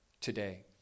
today